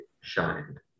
shined